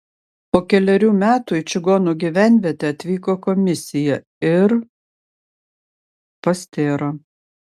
po kelerių metų į čigonų gyvenvietę atvyko komisija ir pastėro